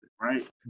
right